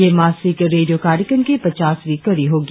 यह मासिक रेडियों कार्यक्रम की पचासवीं कड़ी होगी